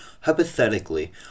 hypothetically